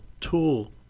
tool